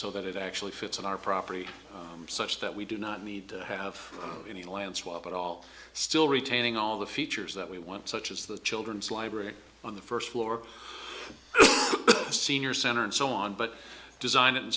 so that it actually fits on our property such that we do not need to have any land swap at all still retaining all the features that we want such as the children's library on the first floor senior center and so on but design it in